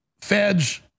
Feds